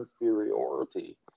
inferiority